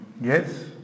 Yes